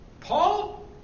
Paul